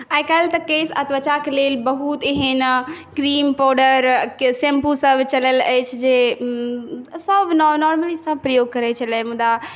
आइ काल्हि तऽ केश आ त्वचाक लेल बहुत एहन क्रीम पावडर शैम्पू सभ चलल अछि जे सभ नॉर्मली सभ प्रयोग करै छलै मुदा